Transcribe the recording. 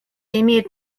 имеет